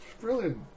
brilliant